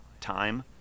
time